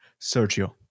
Sergio